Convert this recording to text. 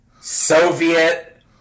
Soviet